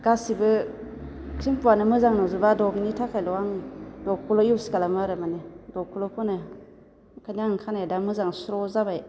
गासिबो सेम्पुआनो मोजां नंजोबा ड'भनि थाखायल' आं डभखौल' इउस खालामो आरो माने ड'भखौल' फुनो ओंखायनो आं खानाय दा मोजां स्र' जाबाय